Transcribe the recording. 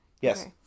Yes